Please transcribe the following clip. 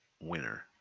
winner